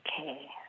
Okay